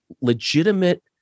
legitimate